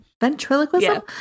ventriloquism